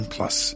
Plus